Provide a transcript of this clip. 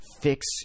fix